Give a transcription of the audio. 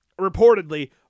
reportedly